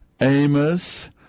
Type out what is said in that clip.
Amos